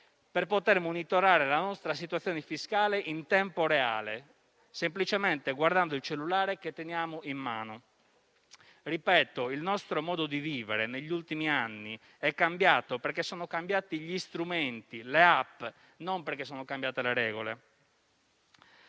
per poter monitorare la nostra situazione fiscale in tempo reale, semplicemente guardando il cellulare che teniamo in mano. Ripeto, il nostro modo di vivere negli ultimi anni è cambiato perché sono cambiati gli strumenti, le *app*, non perché sono cambiate le regole.